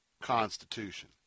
Constitution